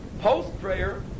post-prayer